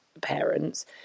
parents